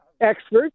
experts